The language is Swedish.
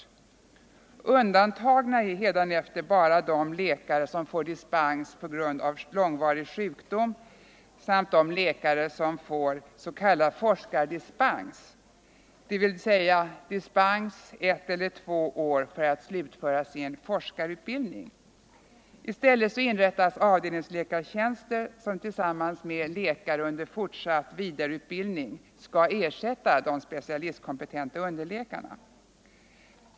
vidareutbildade Undantagna är hädanefter bara de läkare som får dispens på grund av läkare, m.m. långvarig sjukdom samt de läkare som får s.k. forskardispens, dvs. dispens ett eller två år för att slutföra sin forskarutbildning. I stället inrättas avdelningsläkartjänster som tillsammans med läkare under fortsatt vidareutbildning skall ersätta de specialistkompetenta underläkarna.